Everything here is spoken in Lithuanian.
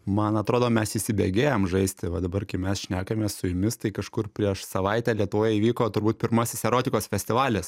man atrodo mes įsibėgėjam žaisti va dabar kai mes šnekamės su jumis tai kažkur prieš savaitę lietuvoje įvyko turbūt pirmasis erotikos festivalis